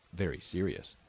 very serious.